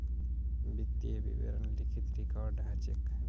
वित्तीय विवरण लिखित रिकॉर्ड ह छेक